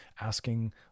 asking